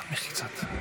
תנמיכי קצת.